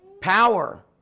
power